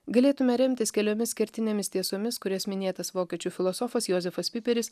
galėtume remtis keliomis kertinėmis tiesomis kurias minėtas vokiečių filosofas jozefas piperis